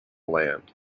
land